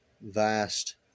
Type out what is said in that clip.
vast